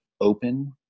open